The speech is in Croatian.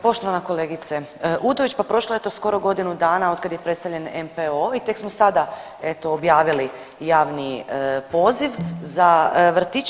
Poštovana kolegice Udović, pa prošlo je eto skoro godinu dana od kada je predstavljen NPO i tek smo sada eto objavili javni poziv za vrtiće.